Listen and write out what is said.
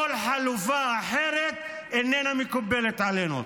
כל חלופה אחרת איננה מקובלת עלינו.